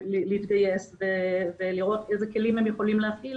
להתגייס ולראות איזה כלים הם יכולים להפעיל